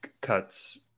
cuts